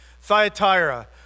Thyatira